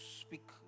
speak